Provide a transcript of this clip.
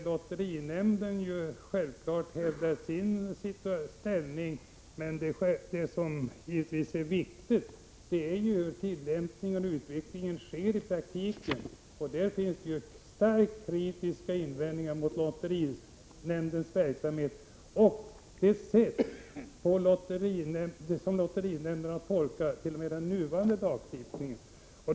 Lotterinämnden hävdar självfallet sin ställning, 75 men det viktiga är ju hur tillämpningen och utvecklingen sker i praktiken. Där finns det starkt kritiska invändningar mot lotterinämndens verksamhet och det sätt på vilket nämnden har tolkat t.o.m. den nuvarande lagstiftningen.